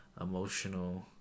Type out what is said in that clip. emotional